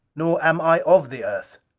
nor am i of the earth!